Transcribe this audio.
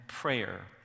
prayer